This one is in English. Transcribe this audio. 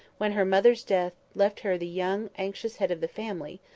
when her mother's death left her the young anxious head of the family,